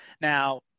Now